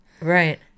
Right